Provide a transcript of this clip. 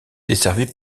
desservie